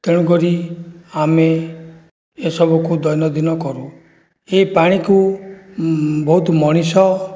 ତେଣୁକରି ଆମେ ଏସବୁକୁ ଦୈନନ୍ଦିନ କରୁ ଏହି ପାଣିକୁ ବହୁତ ମଣିଷ